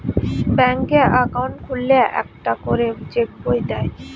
ব্যাঙ্কে অ্যাকাউন্ট খুললে একটা করে চেক বই দেয়